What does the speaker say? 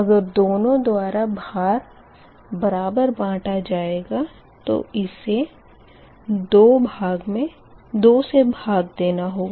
अगर दोनो द्वारा भार बराबर बाँटा जाएगा तो इसे 2 से भाग देना होगा